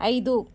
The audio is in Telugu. ఐదు